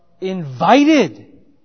Invited